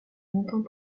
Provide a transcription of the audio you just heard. longtemps